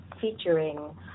featuring